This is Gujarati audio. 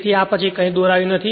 તેથી આ પછી કંઇ દોરાયું નથી